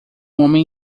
homem